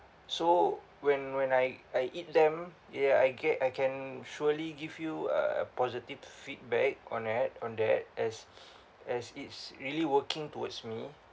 so when when I I eat them ya I get I can surely give you a positive feedback on at on that as as it's really working towards me